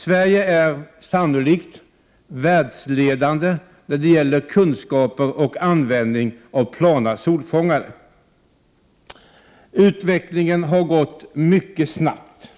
Sverige är sannolikt världsledande när det gäller kunskaper och användning av plana solfångare. Utvecklingen har gått mycket snabbt.